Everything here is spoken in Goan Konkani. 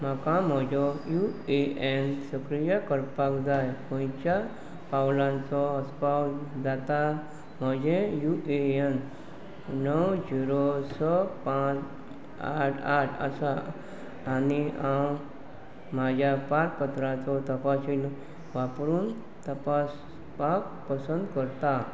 म्हाका म्हजो यू ए एन सक्रीय करपाक जाय खंयच्या पावलांचो आवसपाव जाता म्हजें यू ए एन णव झिरो स पांच आठ आठ आसा आनी हांव म्हाज्या पारपत्राचो तपासन वापरून तपासपाक पसंद करता